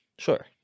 Sure